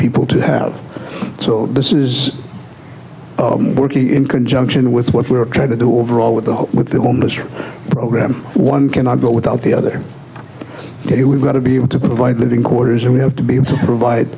people to have so this is working in conjunction with what we're trying to do overall with the what they will mr program one cannot go without the other ok we've got to be able to provide living quarters and we have to be able to provide